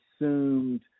assumed